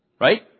right